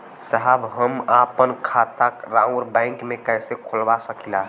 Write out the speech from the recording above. साहब हम आपन खाता राउर बैंक में कैसे खोलवा सकीला?